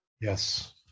Yes